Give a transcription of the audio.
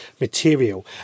material